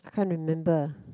I can't remember